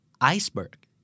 iceberg